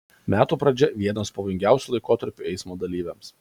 metų pradžia vienas pavojingiausių laikotarpių eismo dalyviams